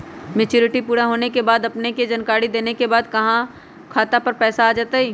Maturity पुरा होवे के बाद अपने के जानकारी देने के बाद खाता पर पैसा आ जतई?